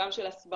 גם של הסברה,